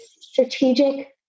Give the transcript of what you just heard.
strategic